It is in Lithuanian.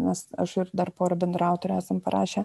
nes aš ir dar pora bendraautorių esam parašę